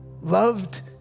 loved